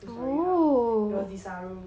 two storey house it was desaru